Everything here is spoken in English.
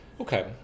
Okay